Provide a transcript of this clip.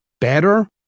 better